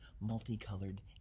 multicolored